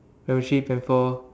primary three primary four